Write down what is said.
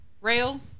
rail